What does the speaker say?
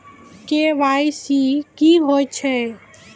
KYC की होय छै?